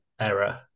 error